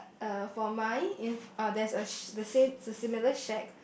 uh for mine if uh there's a sh~ the same similar shack